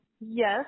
yes